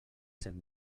cent